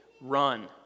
run